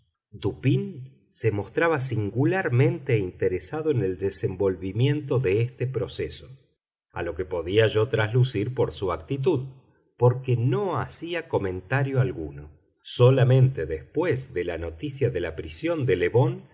mencionados dupín se mostraba singularmente interesado en el desenvolvimiento de este proceso a lo que podía yo traslucir por su actitud porque no hacía comentario alguno solamente después de la noticia de la prisión de le